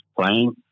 playing